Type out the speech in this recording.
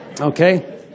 Okay